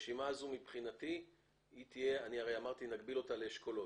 אני לא מגביל אותה באשכולות.